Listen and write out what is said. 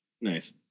Nice